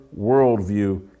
worldview